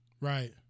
Right